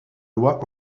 loi